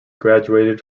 graduated